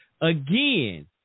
again